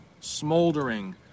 smoldering